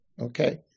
Okay